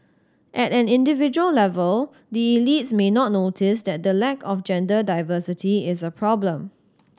at an individual level the elites may not notice that the lack of gender diversity is a problem